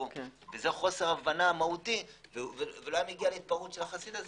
זה חוסר הבנה מהותי ולא היה מגיע להתפרעות של החסיד הזה.